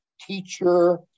teacher